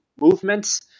movements